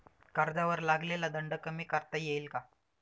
कर्जावर लागलेला दंड कमी करता येईल का?